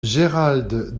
gérald